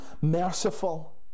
merciful